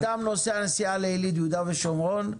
אדם נוסע נסיעה לילית ביהודה ושומרון,